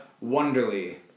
Wonderly